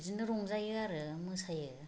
बिदिनो रंजायो आरो मोसायो